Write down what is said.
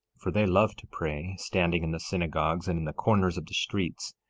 for they love to pray, standing in the synagogues and in the corners of the streets,